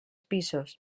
pisos